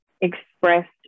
expressed